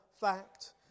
fact